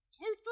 Total